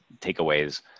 takeaways